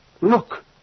look